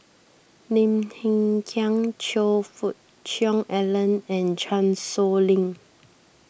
Lim Hng Kiang Choe Fook Cheong Alan and Chan Sow Lin